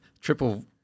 triple